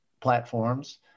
platforms